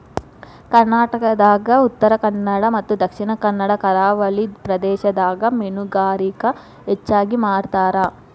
ಕರ್ನಾಟಕದಾಗ ಉತ್ತರಕನ್ನಡ ಮತ್ತ ದಕ್ಷಿಣ ಕನ್ನಡ ಕರಾವಳಿ ಪ್ರದೇಶದಾಗ ಮೇನುಗಾರಿಕೆ ಹೆಚಗಿ ಮಾಡ್ತಾರ